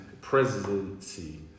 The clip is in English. presidency